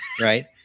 right